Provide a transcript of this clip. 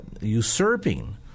usurping